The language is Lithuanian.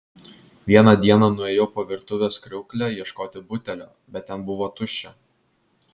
vieną dieną nuėjau po virtuvės kriaukle ieškoti butelio bet ten buvo tuščia